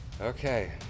Okay